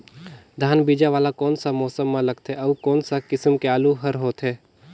धान बीजा वाला कोन सा मौसम म लगथे अउ कोन सा किसम के आलू हर होथे?